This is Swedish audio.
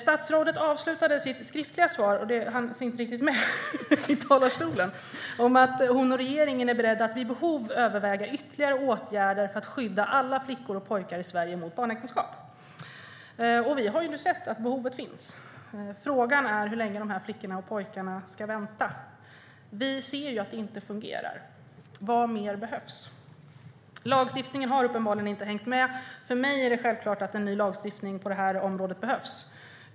Statsrådet avslutade sitt skriftliga svar med att hon och regeringen är beredda att vid behov överväga ytterligare åtgärder för att skydda alla flickor och pojkar i Sverige mot barnäktenskap. Vi har nu sett att behovet finns. Frågan är hur länge dessa flickor och pojkar ska vänta. Vi ser ju att det inte fungerar. Vad mer behövs? Lagstiftningen har uppenbarligen inte hängt med. För mig är det självklart att en ny lagstiftning på det här området behövs.